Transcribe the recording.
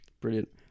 Brilliant